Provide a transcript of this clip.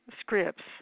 scripts